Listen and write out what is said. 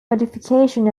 modification